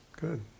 Good